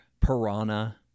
Piranha